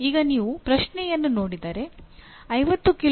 ಈಗ ನೀವು ಪ್ರಶ್ನೆಯನ್ನು ನೋಡಿದರೆ 50 ಕಿ